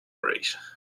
race